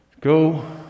Go